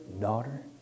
Daughter